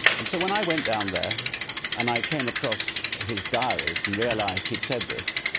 and so when i went down there and i came across his diaries and realised he'd said this,